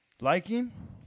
liking